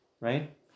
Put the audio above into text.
right